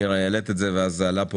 נירה, העלית את זה, זה עלה פה